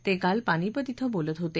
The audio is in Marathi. ते काल पानिपत इथं बोलत होते